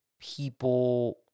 people